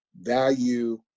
value